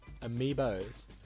Amiibos